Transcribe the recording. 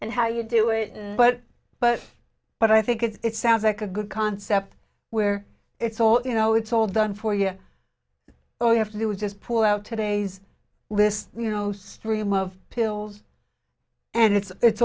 and how you do it but but but i think it's sounds like a good concept where it's all you know it's all done for you oh you have to just pull out today's list you know stream of pills and it's